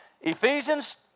Ephesians